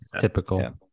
Typical